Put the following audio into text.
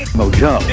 mojo